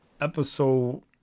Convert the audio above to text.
episode